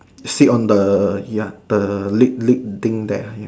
sit on the ya the lick lick thing there ya